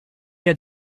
had